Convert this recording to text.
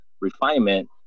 refinement